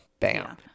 bam